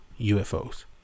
UFOs